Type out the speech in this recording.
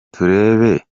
turebere